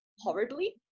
horribly